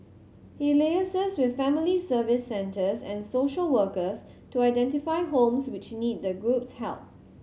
he liaises with family Service Centres and social workers to identify homes which need the group's help